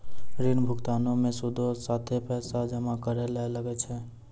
ऋण भुगतानो मे सूदो साथे पैसो जमा करै ल लागै छै